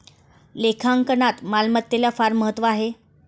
लेखांकनात मालमत्तेला फार महत्त्व आहे